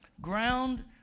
Ground